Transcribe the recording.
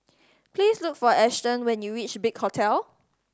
please look for Ashton when you reach Big Hotel